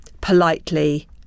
politely